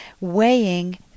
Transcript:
weighing